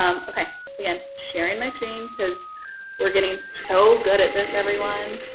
um okay, again, sharing my screen because we're getting so good at this, everyone.